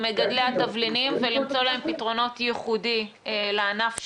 מגדלי התבלינים ולמצוא להם פתרונות ייחודיים לענף שלהם.